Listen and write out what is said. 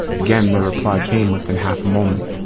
again their reply came within half a moment.